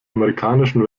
amerikanischen